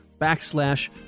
backslash